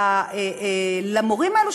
למורים האלה,